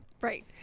Right